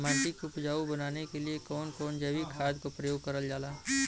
माटी के उपजाऊ बनाने के लिए कौन कौन जैविक खाद का प्रयोग करल जाला?